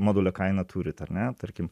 modulio kainą turit ar ne tarkim